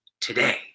today